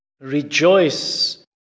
rejoice